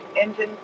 engine